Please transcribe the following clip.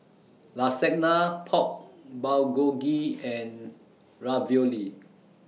Lasagna Pork Bulgogi and Ravioli